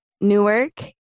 Newark